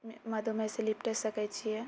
मधुमेहसँ निपटि सकै छियै